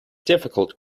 difficult